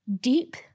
deep